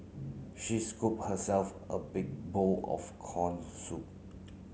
she scooped herself a big bowl of corn soup